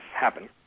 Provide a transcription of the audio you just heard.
happen